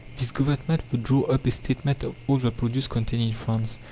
this government would draw up a statement of all the produce contained in france.